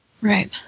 Right